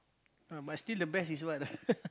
ah but still the best is what ah